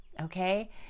okay